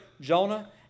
Jonah